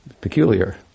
Peculiar